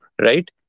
right